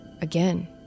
Again